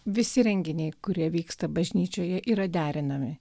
visi renginiai kurie vyksta bažnyčioje yra derinami